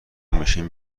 میشیم